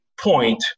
point